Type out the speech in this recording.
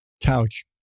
couch